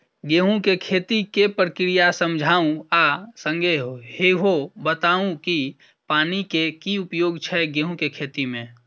गेंहूँ केँ खेती केँ प्रक्रिया समझाउ आ संगे ईहो बताउ की पानि केँ की उपयोग छै गेंहूँ केँ खेती में?